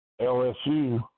LSU